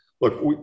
look